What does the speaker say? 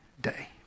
day